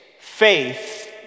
faith